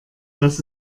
das